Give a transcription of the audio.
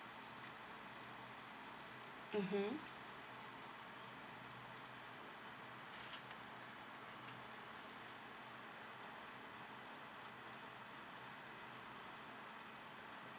mmhmm